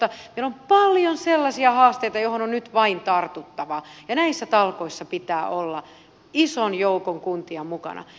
meillä on paljon sellaisia haasteita joihin on nyt vain tartuttava ja näissä talkoissa pitää olla ison joukon kuntia mukana